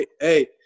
Hey